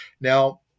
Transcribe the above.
Now